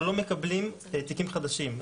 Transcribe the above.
אנחנו לא מקבלים תיקים חדשים.